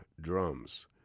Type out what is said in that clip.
drums